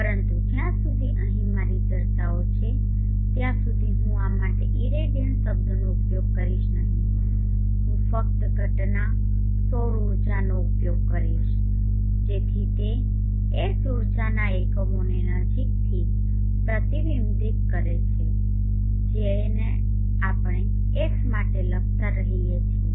પરંતુ જ્યાં સુધી અહીં મારી ચર્ચાઓ છે ત્યાં સુધી હું આ માટે ઇરેડિયન્સ શબ્દનો ઉપયોગ કરીશ નહીં હું ફક્ત ઘટના સૌર ઊર્જાનો ઉપયોગ કરીશ જેથી તે H ઊર્જાના એકમોને નજીકથી પ્રતિબિંબિત કરે જે આપણે H માટે લખતા રહીએ છીએ